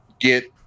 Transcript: get